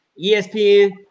ESPN